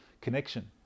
connection